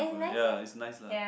ya is nice lah